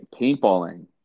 paintballing